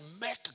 make